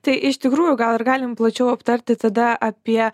tai iš tikrųjų gal ir galim plačiau aptarti tada apie